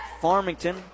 Farmington